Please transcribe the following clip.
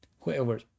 Whoever